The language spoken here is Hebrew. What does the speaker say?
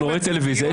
רואה טלוויזיה,